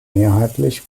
mehrheitlich